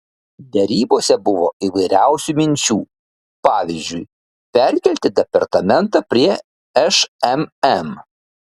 derybose buvo įvairiausių minčių pavyzdžiui perkelti departamentą prie šmm